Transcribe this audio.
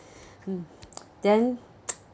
mm then